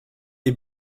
est